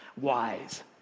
wise